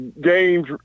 games